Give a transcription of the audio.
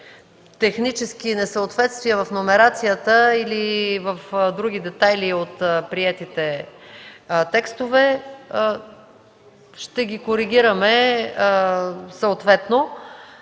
технически несъответствия в номерацията или в други детайли от приетите текстове, съответно